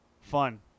fun